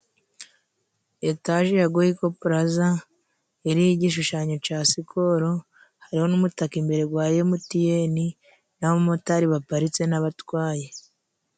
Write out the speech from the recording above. Etage yagoyiko puraza iriho igishushanyo ca sikoro, hari n'umutaka imbere gwa emutiyene, n'abamotari baparitse n'abatwaye.